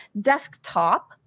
desktop